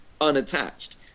unattached